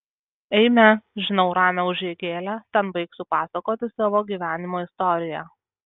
eime žinau ramią užeigėlę ten baigsiu pasakoti savo gyvenimo istoriją